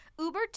Uber